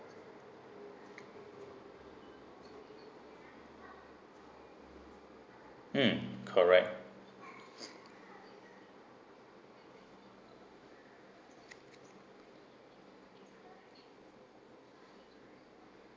mm correct